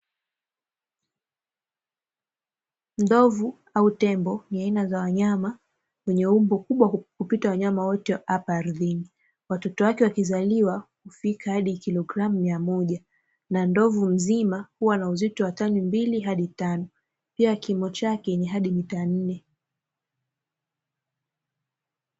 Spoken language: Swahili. Ndovu au tembo ni aina za wanyama wenye umbo kubwa kupita wanyama wote hapa ardhini. watoto wake wakizaliwa hufika hadi kilogramu mia mmoja na ndovu mzima huwa anauzito wa tani mbili hadi tano pia kimo chake ni hadi mita nne.